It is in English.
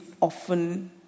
often